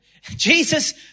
Jesus